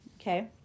Okay